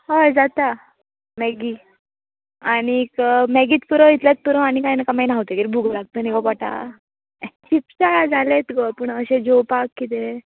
हय जाता मैगी आनीक मैगीच पुरो इतलेच पुरो आनी कांय नाका मागीर न्हावतगीर भूक लागता न्ही गो पोटाक एह चीप्सा जालेत गो पूण अशे जेवपाक किदें